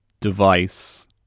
device